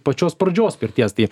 pačios pradžios pirties tai